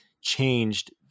changed